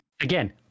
Again